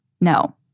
no